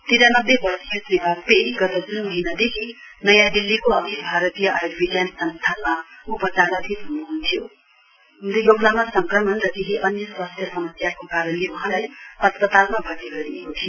तिरानब्बे वर्षिय श्री वाजपेयी गत जून महीनादेखि नयाँ दिल्लीको अखिल भारतीय आय्विज्ञान संस्थानमा उपचाराधीन हनहन्थ्यो मुगौलामा संक्रमण र केही अन्य स्वास्थ्य समस्याको कारणले वहाँलाई अस्पतालमा भर्ती गरिएको थियो